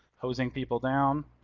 hosing people down,